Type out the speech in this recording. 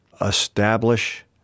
establish